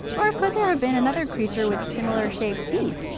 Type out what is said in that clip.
or could there have been another creature with similar shaped feet?